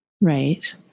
Right